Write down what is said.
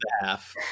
half